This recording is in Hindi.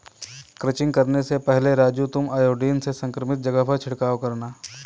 क्रचिंग करने से पहले राजू तुम आयोडीन से संक्रमित जगह पर छिड़काव करना